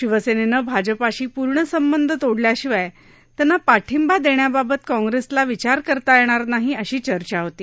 शिवसन्त्री भाजपाशी पूर्ण संबंध तोडल्याशिवाय त्यांना पाठिंबा दष्ट्याबाबत काँग्रस्त्ला विचार करता यध्यार नाही अशी चर्चा होती